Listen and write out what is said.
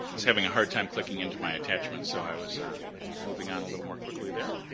having a hard time clicking into my attachment, so i was moving on a little more quickly there.